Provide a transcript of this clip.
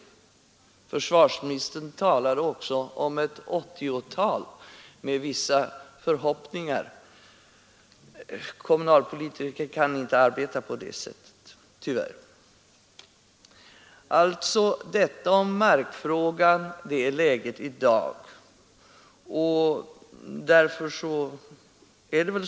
Försvarsministern talade också om 1980-talet med vissa förhoppningar. Kommunalpolitiker kan tyvärr inte arbeta på det sättet utan läget i dag beträffande markfrågan är det avgörande.